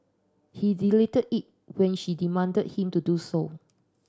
he deleted it when she demanded him to do so